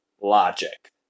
logic